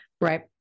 right